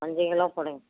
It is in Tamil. அஞ்சு கிலோ போடுங்க